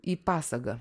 į pasagą